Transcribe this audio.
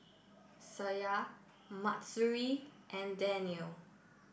Syah Mahsuri and Danial